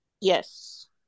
Yes